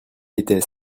était